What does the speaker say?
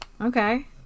Okay